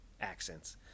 accents